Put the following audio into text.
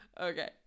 Okay